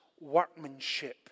workmanship